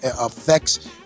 affects